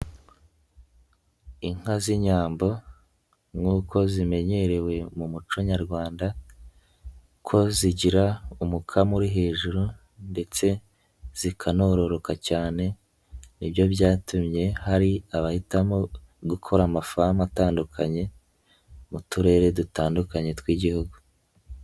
Inka z'inyambo nk'uko zimenyerewe mu muco nyarwanda ko zigira umukamo uri hejuru ndetse zikanororoka cyane ni byo byatumye hari abahitamo gukora amafamu atandukanye mu turere dutandukanye tw'Igihugu.